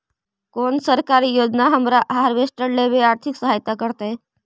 कोन सरकारी योजना हमरा हार्वेस्टर लेवे आर्थिक सहायता करतै?